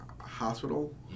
hospital